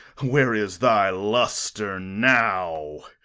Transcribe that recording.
where is thy lustre now?